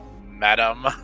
Madam